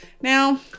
Now